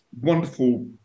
wonderful